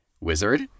wizard